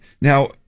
Now